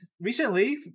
recently